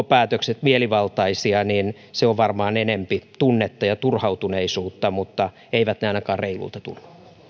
päätökset mielivaltaisia se on varmaan enempi tunnetta ja turhautuneisuutta mutta eivät ne ainakaan reiluilta tunnu